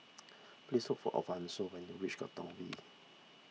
please look for Alfonso when you reach Katong V